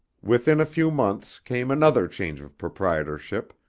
within a few months came another change of proprietorship,